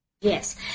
Yes